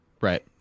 right